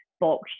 box